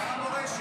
שר המורשת.